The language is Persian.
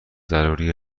ضروری